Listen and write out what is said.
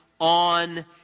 on